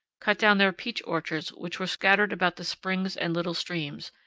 cut down their peach orchards which were scattered about the springs and little streams,